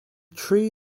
tree